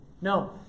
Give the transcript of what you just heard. No